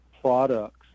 products